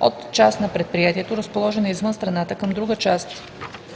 от част на предприятието, разположена извън страната, към друга част